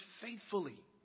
faithfully